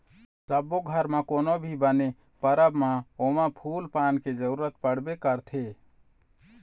सब्बो घर म कोनो भी बने परब म ओमा फूल पान के जरूरत पड़बे करथे